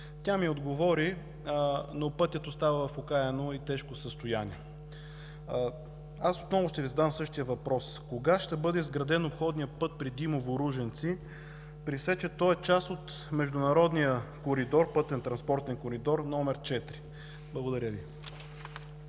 Тя ми отговори, но пътят остава в окаяно и тежко състояние. Отново ще Ви задам същия въпрос: кога ще бъде изграден обходният път при Димово – Ружинци, при все че той е част от международния пътнотранспортен коридор № 4? Благодаря Ви.